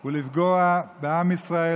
היא לפגוע בעם ישראל,